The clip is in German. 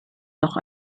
noch